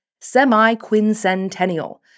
semi-quincentennial